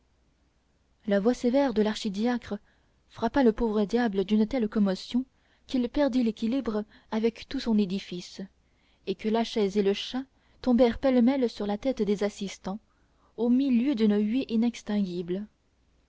la voix sévère de l'archidiacre frappa le pauvre diable d'une telle commotion qu'il perdit l'équilibre avec tout son édifice et que la chaise et le chat tombèrent pêle-mêle sur la tête des assistants au milieu d'une huée inextinguible